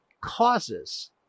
causes